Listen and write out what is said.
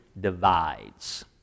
divides